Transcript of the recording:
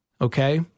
okay